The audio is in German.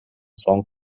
song